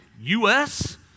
U-S